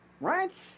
right